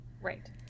right